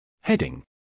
Heading